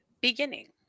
beginning